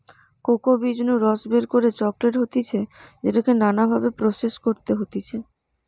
cocoa বীজ নু রস বের করে চকলেট হতিছে যেটাকে নানা ভাবে প্রসেস করতে হতিছে